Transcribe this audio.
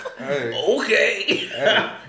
Okay